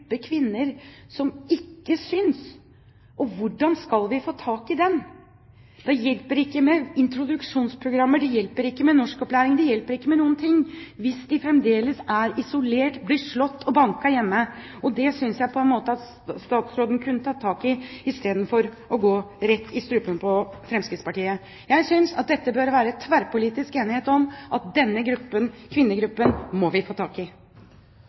kvinner som ikke synes, og hvordan vi skal få tak i dem. Da hjelper det ikke med introduksjonsprogram. Det hjelper ikke med norskopplæring, det hjelper ikke med noen ting, hvis kvinnene fremdeles er isolert, blir slått og banket hjemme. Det synes jeg at statsråden kunne tatt tak i istedenfor å gå rett i strupen på Fremskrittspartiet. Jeg synes det bør være tverrpolitisk enighet om at denne kvinnegruppen må vi få tak i.